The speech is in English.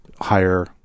higher